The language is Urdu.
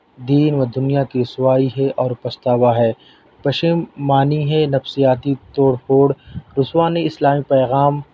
دین و دنیا کی رسوائی ہے اور پچھتاوا ہے پشیمانی ہے نفسیاتی توڑ پھوڑ رسوا نے اصلاحی پیغام